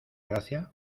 gracia